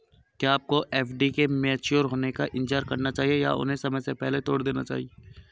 क्या आपको एफ.डी के मैच्योर होने का इंतज़ार करना चाहिए या उन्हें समय से पहले तोड़ देना चाहिए?